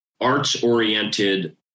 arts-oriented